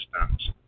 systems